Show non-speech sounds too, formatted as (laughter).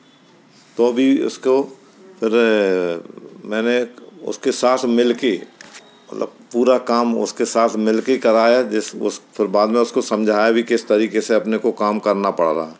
तो भी उसको मैंने उसके साथ मिल कर मतलब पूरा काम उसके साथ मिल के कराया (unintelligible) फिर बाद में उसको समझाया भी कि किस तरीके से अपने को काम करना पड़